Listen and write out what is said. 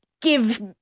give